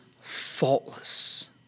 faultless